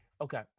Okay